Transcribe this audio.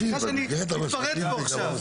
סליחה, שאני מתפרץ פה עכשיו.